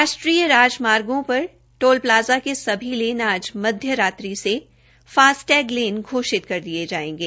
राष्ट्रीय राजमार्गो पर टोल प्लाज़ा के सभी लेन आज मध्य रात्रि से फास्टैग लेन घोषित कर दिये जायेंगे